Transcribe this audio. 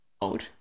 old